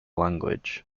language